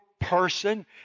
person